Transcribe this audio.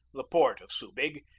the port of subig,